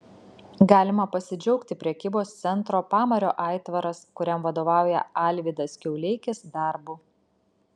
galima pasidžiaugti prekybos centro pamario aitvaras kuriam vadovauja alvydas kiauleikis darbu